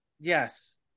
yes